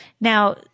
Now